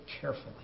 carefully